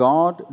God